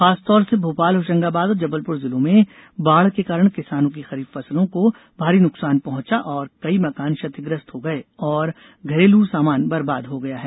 खासतौर से भोपाल होशंगाबाद और जबलपुर जिलों में बाढ़ के कारण किसानों की खरीफ फसलों को भारी नुकसान पहुंचा और कई मकान क्षतिग्रस्त हो गए और घरेलू सामान बर्बाद हो गया है